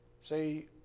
Say